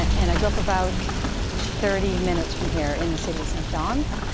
and i grew up about thirty minutes from here in the city of st. johns.